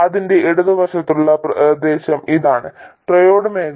അതിന്റെ ഇടതുവശത്തുള്ള പ്രദേശം ഇതാണ് ട്രയോഡ് മേഖല